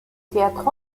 théâtre